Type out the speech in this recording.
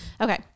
Okay